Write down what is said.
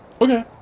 Okay